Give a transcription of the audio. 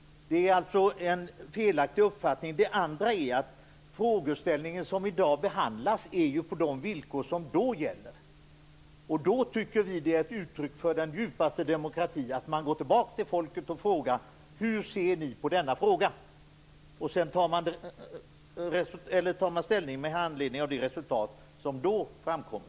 Detta är alltså en felaktig uppfattning. Den behandling av frågeställningen som sker i dag är ju på de villkor som då gäller. Vi tycker att det är ett uttryck för den djupaste demokrati att man går tillbaks till folket och frågar hur de ser på denna fråga. Sedan tar man ställning med anledning av det resultat som då framkommer.